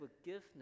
forgiveness